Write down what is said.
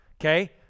okay